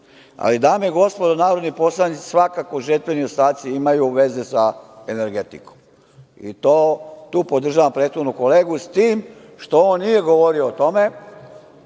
pokrajini. Dame i gospodo narodni poslanici, svakako žetveni ostaci imaju veze sa energetikom, i to podržavam prethodnog kolegu, s tim što on nije govorio o tome